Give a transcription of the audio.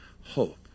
hope